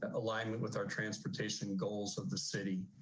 alignment with our transportation goals of the city,